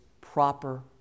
proper